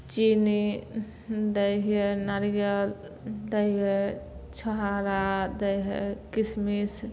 चीनी दै हियै नरियर दै हइ छोहाड़ा दै हइ किशमिश